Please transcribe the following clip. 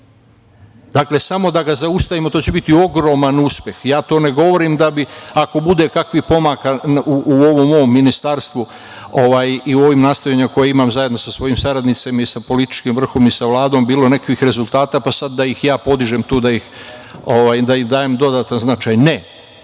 Dakle, samo da ga zaustavimo, to će biti ogroman uspeh. Ja to ne govorim da bi, ako bude kakvih pomaka u ovom mom ministarstvu i u ovim nastojanjima koje imam zajedno sa svojim saradnicima i sa političkim vrhovnim i sa Vladom, bilo nekakvih rezultata, pa sada da ih ja podižem tu, da im dajem dodatan značaj. Ne.